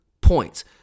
points